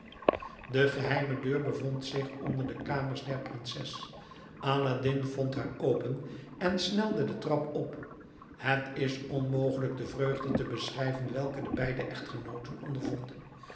de geheime deur bevond zich onder de kamers der prinses aladdin vond haar open en snelde de trap op het is onmogelijk de vreugde te beschrijven welke de beide echtgenooten ondervonden